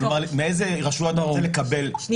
כלומר מאיזה רשויות אתה רוצה לקבל --- גם